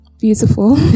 Beautiful